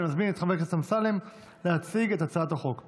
אני מזמין את חבר הכנסת אמסלם להציג את הצעת החוק.